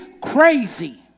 crazy